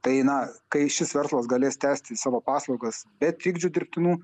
tai na kai šis verslas galės tęsti savo paslaugas be trikdžių dirbtinų